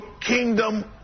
kingdom